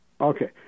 Okay